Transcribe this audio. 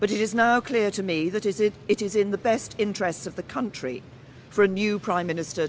but it is now clear to me that is it it is in the best interests of the country for a new prime minister